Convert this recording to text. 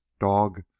dog